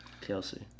Kelsey